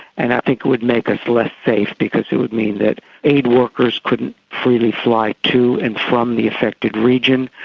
and i think it would make us less safe because it would mean that aid workers couldn't freely fly to and from the affected region,